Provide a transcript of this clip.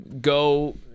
go